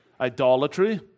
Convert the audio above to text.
idolatry